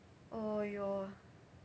!aiyo!